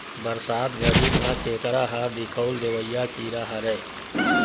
बरसात घरी म केंकरा ह दिखउल देवइया कीरा हरय